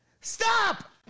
Stop